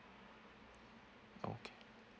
okay